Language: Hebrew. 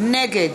נגד